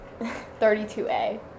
32A